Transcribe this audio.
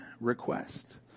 request